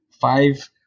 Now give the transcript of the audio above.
five